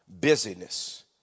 busyness